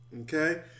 Okay